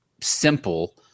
simple